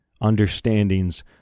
understandings